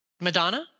Madonna